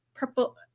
Purple